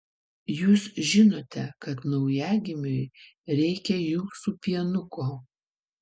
jūs žinote kad naujagimiui reikia jūsų pienuko